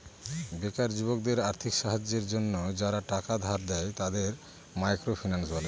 বেকার যুবকদের আর্থিক সাহায্যের জন্য যারা টাকা ধার দেয়, তাদের মাইক্রো ফিন্যান্স বলে